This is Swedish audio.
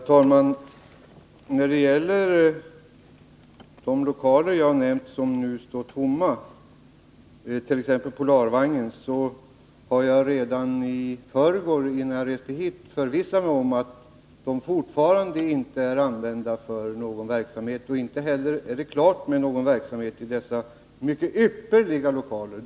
Herr talman! I fråga om de lokaler jag nämnt som nu står tomma, t.ex. Polarvagnens, har jag redan i förrgår innan jag reste hit förvissat mig om att de fortfarande inte är använda för någon verksamhet. Inte heller är det klart med någon verksamhet i dessa verkligen ypperliga lokaler.